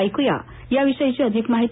ऐकुया याविषयीची अधिक माहिती